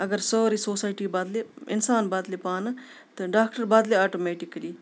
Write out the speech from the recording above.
اگر سٲرٕے سوسایٹی بَدلہِ اِنسان بَدلہِ پانہٕ تہٕ ڈاکٹر بَدلہِ آٹومیٹکلی